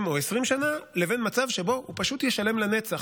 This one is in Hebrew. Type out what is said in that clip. או 20 שנה לבין מצב שבו הוא פשוט ישלם לנצח,